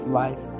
life